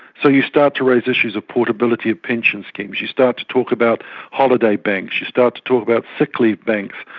so you start to raise issues of portability of pension schemes, you start to talk about holidays banks, you start to talk about sick leave banks,